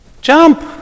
jump